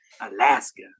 Alaska